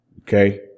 Okay